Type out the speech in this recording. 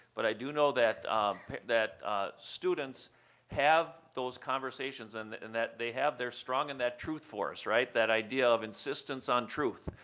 but i do know that that students have those conversations, and that and that they have their strong and that truth force, right, that idea of the insistence on truth.